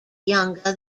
younger